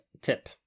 tip